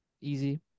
easy